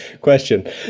question